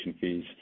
fees